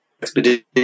Expedition